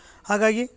ಹಾಗಾಗಿ